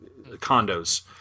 condos